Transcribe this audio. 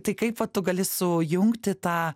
tai kaip va tu gali sujungti tą